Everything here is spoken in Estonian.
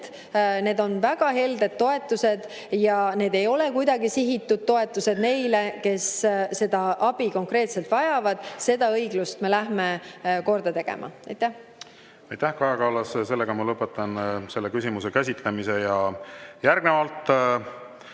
need on väga helded toetused ja need ei ole kuidagi sihitud toetused neile, kes seda abi konkreetselt vajavad. Seda õiglust me lähme korda tegema. Aitäh, Kaja Kallas! Lõpetan selle küsimuse käsitlemise. Aitäh, Kaja